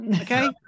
okay